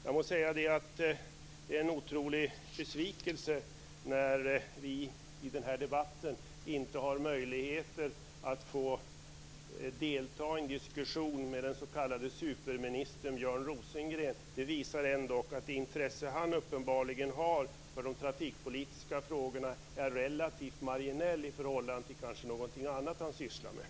Jag måste säga att det är en otrolig besvikelse att vi i denna debatt inte har möjlighet att delta i en diskussion med den s.k. superministern Björn Rosengren. Det visar ändock att det intresse han uppenbarligen har för de trafikpolitiska frågorna är relativt marginellt i förhållande till någonting annat som han kanske sysslar med.